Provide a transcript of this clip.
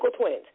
twins